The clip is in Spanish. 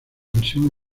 versión